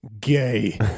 Gay